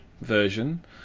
version